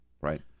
right